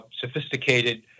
sophisticated